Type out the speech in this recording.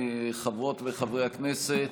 חברות וחברי הכנסת,